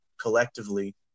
collectively